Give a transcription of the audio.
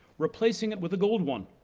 replacing it with a gold one,